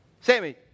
Sammy